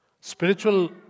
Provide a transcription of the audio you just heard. Spiritual